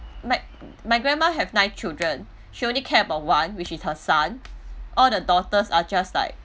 my my grandma have nine children she only care about one which is her son all the daughters are just like